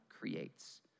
creates